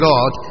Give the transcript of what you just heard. God